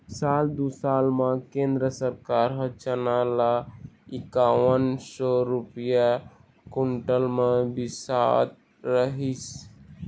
साल दू हजार म केंद्र सरकार ह चना ल इंकावन सौ रूपिया कोंटल म बिसात रहिस